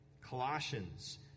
Colossians